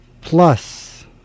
Plus